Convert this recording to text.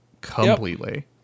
completely